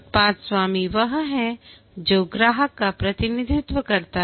उत्पाद स्वामी वह है जो ग्राहक का प्रतिनिधित्व करता है